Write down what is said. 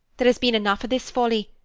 there has been enough of this folly.